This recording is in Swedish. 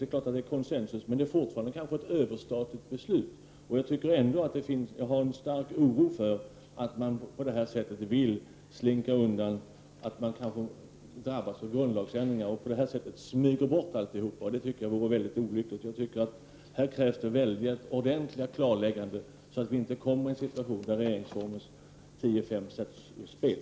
Det är klart att det förhåller sig så, men det handlar fortfarande om ett överstatligt beslut. Jag hyser ändå en stark oro för att man vill slinka undan risken att kanske drabbas av grundlagsändringar och på det här sättet smyga sig undan alltihopa. Jag tycker att det vore väldigt olyckligt. Här krävs det ordentliga klarlägganden för att vi inte skall komma i en situation där regeringsformens 10:5 sätts ur spel.